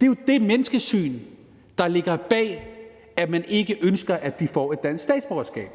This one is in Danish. Det er jo det menneskesyn, der ligger bag, at man ikke ønsker, at de får et dansk statsborgerskab.